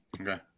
Okay